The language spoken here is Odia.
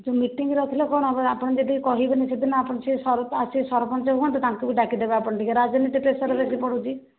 ଏ ଯେଉଁ ମିଟିଂ ରଖିଲେ କ'ଣ ହବ ଆପଣ ଯଦି କହିବେନି ସେଦିନ ଆପଣ ସେଇ ସର ଆଉ ସେଇ ସରପଞ୍ଚ ହୁଅନ୍ତୁ ତାଙ୍କୁ ବି ଡାକିଦେବେ ଆପଣ ଟିକେ ରାଜନୀତି ପ୍ରେସର୍ ଯଦି ପଡ଼ୁଛି